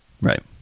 Right